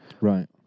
Right